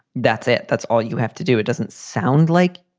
that's it. that's all you have to do. it doesn't sound like.